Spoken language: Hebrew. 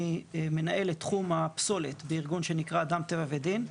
אני מנהל את תחום הפסולת בארגון שנקרא "אדם טבע ודין".